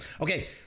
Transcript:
Okay